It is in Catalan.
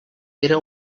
era